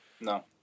No